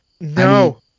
No